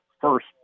first